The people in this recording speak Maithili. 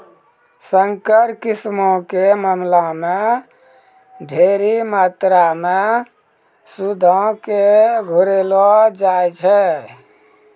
संकर किस्मो के मामला मे ढेरी मात्रामे सूदो के घुरैलो जाय छै